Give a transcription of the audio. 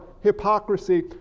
hypocrisy